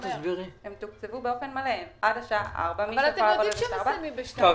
הן תוקצבו באופן מלא עד השעה 4:00. אבל אתם יודעים שהן מסיימות ב-2:00.